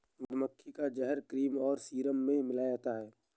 मधुमक्खी का जहर क्रीम और सीरम में मिलाया जाता है